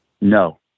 No